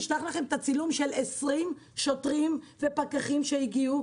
אני אשלח לכם את הצילום של 20 שוטרים ופקחים שהגיעו,